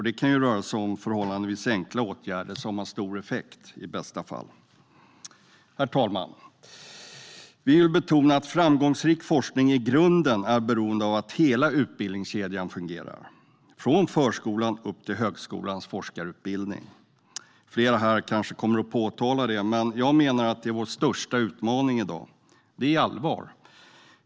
Det kan röra sig om förhållandevis enkla åtgärder som i bästa fall har stor effekt. Herr talman! Vi vill betona att framgångsrik forskning i grunden är beroende av att hela utbildningskedjan fungerar, från förskolan upp till högskolans forskarutbildning. Flera här kanske kommer att påtala det, men jag menar att det är vår största utmaning i dag. Det är allvar.